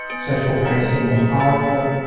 sexual fantasy most powerful?